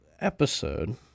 episode